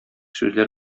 сүзләр